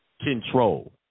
control